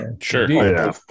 Sure